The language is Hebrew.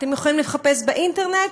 אתם יכולים לחפש באינטרנט.